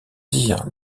dires